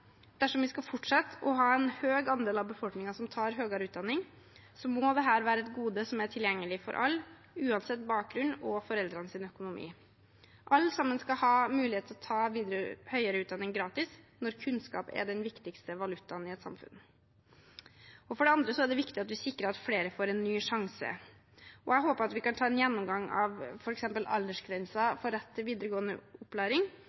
Dersom vi skal fortsette å ha en høy andel av befolkningen som tar høyere utdanning, må dette være et gode som er tilgjengelig for alle, uansett bakgrunn og foreldrenes økonomi. Alle skal ha mulighet til å ta høyere utdanning gratis når kunnskap er den viktigste valutaen i et samfunn. For det andre er det viktig at vi sikrer at flere får en ny sjanse. Jeg håper at vi kan ta en gjennomgang av f.eks. aldersgrensen for rett til videregående opplæring,